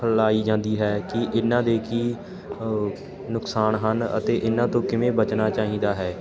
ਫੈਲਾਈ ਜਾਂਦੀ ਹੈ ਕਿ ਇਹਨਾਂ ਦੇ ਕੀ ਨੁਕਸਾਨ ਹਨ ਅਤੇ ਇਹਨਾਂ ਤੋਂ ਕਿਵੇਂ ਬਚਣਾ ਚਾਹੀਦਾ ਹੈ